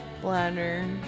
bladder